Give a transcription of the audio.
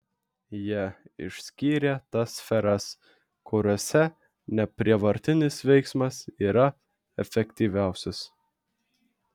jie išskyrė tas sferas kuriose neprievartinis veiksmas yra efektyviausias